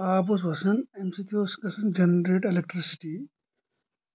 آب اوس وَسان امہِ سۭتۍ اوس گَژَھن جَنریٹ اِلٮ۪کٹرٛسِٹی